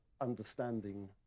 understanding